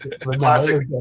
Classic